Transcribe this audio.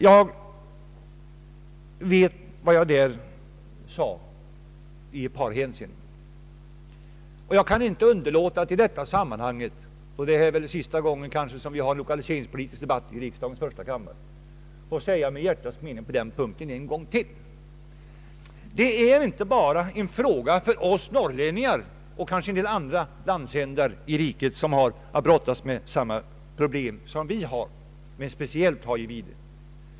Jag vet vad jag då sade i ett par hänseenden, och jag kan inte underlåta att i detta sammanhang — det här är kanske sista gången som vi för en lokaliseringspolitisk debatt i riksdagens första kammare — säga mitt hjärtas mening på den här punkten en gång till. Det är inte bara en fråga för oss norrlänningar — och kanske en del andra som har samma problem att brottas med som vi har.